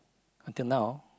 until now